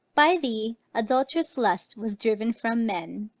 by thee adult'rous lust was driven from men,